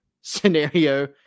scenario